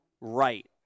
right